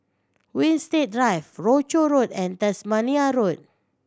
Winstedt Drive Rochor Road and Tasmania Road